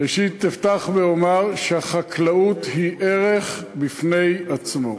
אפתח ואומר שהחקלאות היא ערך בפני עצמו,